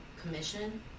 commission